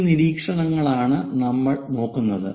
ഈ നിരീക്ഷണങ്ങളാണ് നമ്മൾ നോക്കുന്നത്